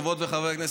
חברות וחברי הכנסת,